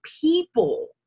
people